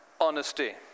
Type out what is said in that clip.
honesty